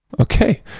okay